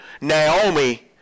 Naomi